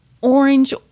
orange